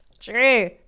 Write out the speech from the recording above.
True